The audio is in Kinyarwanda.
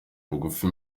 bugufi